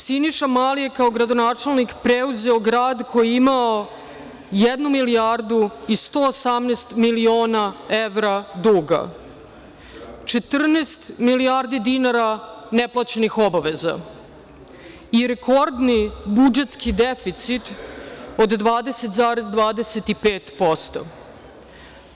Siniša Mali je kao gradonačelnik preuzeo grad koji je imao 1.118.000.000 evra duga, 14 milijardi dinara neplaćenih obaveza i rekordni budžetski deficit od 20,25%